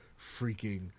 freaking